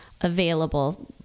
available